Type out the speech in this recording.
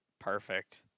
Perfect